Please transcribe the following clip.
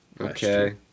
Okay